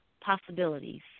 Possibilities